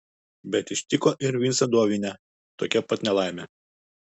bet ištiko ir vincą dovinę tokia pat nelaimė